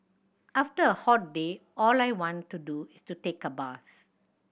after a hot day all I want to do is take a bath